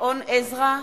גדעון עזרא,